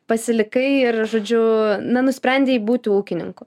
pasilikai ir žodžiu na nusprendei būti ūkininku